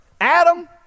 Adam